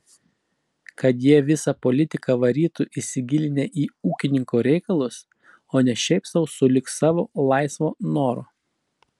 kad jie visą politiką varytų įsigilinę į ūkininko reikalus o ne šiaip sau sulig savo laisvo noro